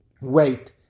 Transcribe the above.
wait